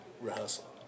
rehearsal